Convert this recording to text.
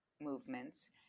movements